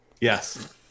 Yes